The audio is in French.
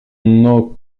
nos